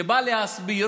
שבא להסביר